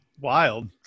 wild